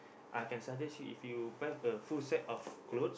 I can suggest you if you buy a full set of clothes